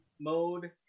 mode